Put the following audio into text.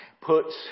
puts